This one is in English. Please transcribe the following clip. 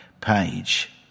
page